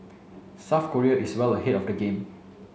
South Korea is well ahead of the game